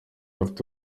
afite